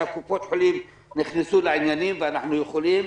קופות החולים נכנסו לעניינים ואנחנו יכולים